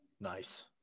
Nice